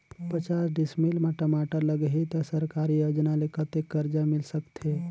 पचास डिसमिल मा टमाटर लगही त सरकारी योजना ले कतेक कर्जा मिल सकथे?